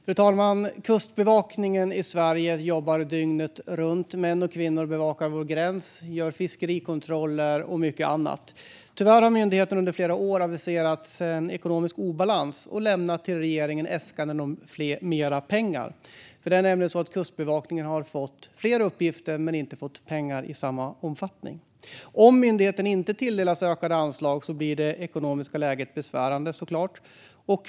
Fru talman! Kustbevakningen i Sverige jobbar dygnet runt. Män och kvinnor bevakar vår gräns, gör fiskerikontroller och mycket annat. Tyvärr har myndigheten under flera år aviserat ekonomisk obalans och lämnat äskanden till regeringen om mer pengar. Kustbevakningen har nämligen fått fler uppgifter men har inte fått mer pengar i samma omfattning. Om myndigheten inte tilldelas ökade anslag blir det ekonomiska läget såklart besvärande.